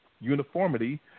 uniformity